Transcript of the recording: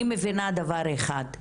אני מבינה דבר אחד: